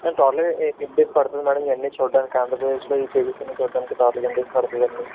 టోటల్గా ఎన్ని డేస్ పడుతుంది మ్యాడం ఈ అన్ని చూడడానికి ఆంధ్రప్రదేశ్లో ఈ ప్లేసెస్ అన్ని చూడడానికి టోటల్గా ఎన్ని డేస్ పడుతుందండి